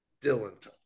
Dylan